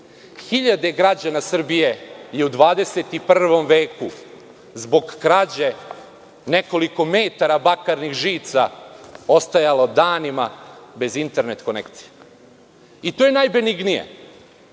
MTS-a. Hiljade građana Srbije je u 21. veku, zbog krađe nekoliko metara bakarnih žica, ostajalo danima bez internet konekcije. To je najbenignije.